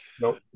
Nope